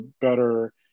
better